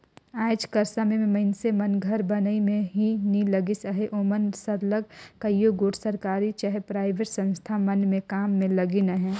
आएज कर समे में मइनसे मन घर बनई में ही नी लगिन अहें ओमन सरलग कइयो गोट सरकारी चहे पराइबेट संस्था मन में काम में लगिन अहें